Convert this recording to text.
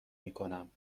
میکنم